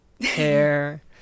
hair